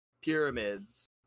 pyramids